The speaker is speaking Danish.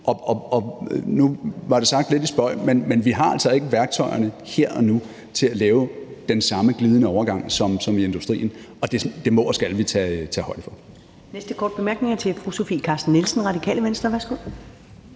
nu var det sagt lidt i spøg, men vi har altså ikke værktøjerne her og nu til at lave den samme glidende overgang som i industrien, og det må og skal vi tage højde for.